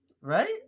Right